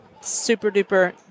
super-duper